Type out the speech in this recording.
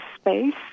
space